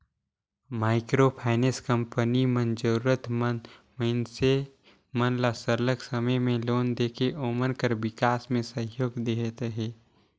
micro finance company मन जरूरत मंद मइनसे मन ल सरलग समे में लोन देके ओमन कर बिकास में सहयोग देहत अहे